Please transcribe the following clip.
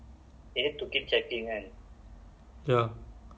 so like between ah android and I_O_S they also know what to do right